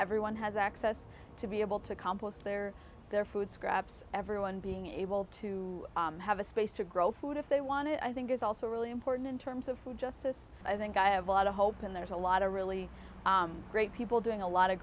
everyone has access to be able to compost their their food scraps everyone being able to have a space to grow food if they want to i think is also really important in terms of food justice i think i have a lot of hope and there's a lot of really great people doing a lot of